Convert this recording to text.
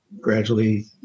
Gradually